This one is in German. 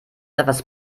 etwas